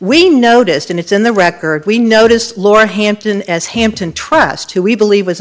we noticed and it's in the record we noticed laura hampton as hampton trust who we believe was